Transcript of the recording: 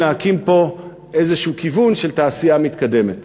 להקים איזשהו כיוון של תעשייה מתקדמת.